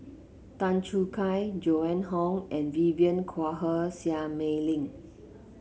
Tan Choo Kai Joan Hon and Vivien Quahe Seah Mei Lin